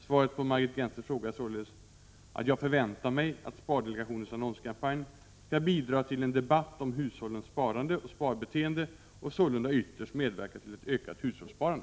Svaret på Margit Gennsers fråga är således att jag förväntar mig att spardelegationens annonskampanj skall bidra till en debatt om hushållens sparande och sparbeteende och sålunda ytterst medverka till ett ökat hushållssparande.